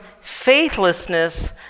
faithlessness